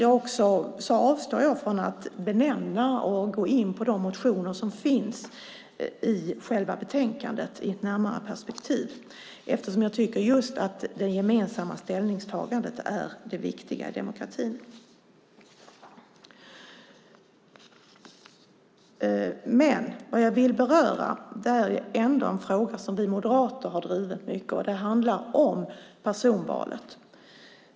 Jag avstår från att benämna och gå in på de motioner som tas upp i själva betänkandet i ett närmare perspektiv eftersom jag tycker att det gemensamma ställningstagandet är det viktiga i demokratin. Jag vill beröra en fråga som vi moderater har drivit mycket, och den handlar om personvalet.